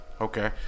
Okay